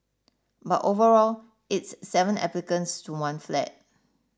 but overall it's seven applicants to one flat